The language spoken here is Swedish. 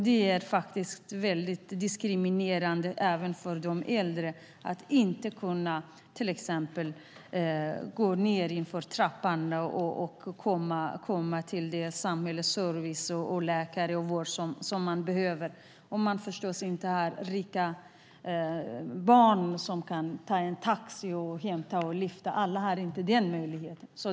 Det är väldigt diskriminerande även för de äldre att inte kunna gå nedför en trappa och komma till den samhällsservice, den läkare och den vård som man behöver. Någon kanske har rika barn som kan ordna taxi, hämta och lyfta, men alla har inte den möjligheten.